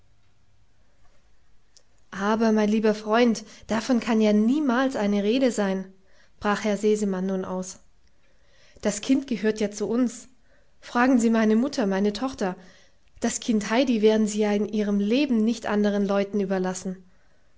aber mein lieber freund davon kann ja niemals eine rede sein brach herr sesemann nun aus das kind gehört ja zu uns fragen sie meine mutter meine tochter das kind heidi werden sie ja in ihrem leben nicht anderen leuten überlassen